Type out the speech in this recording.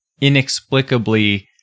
Inexplicably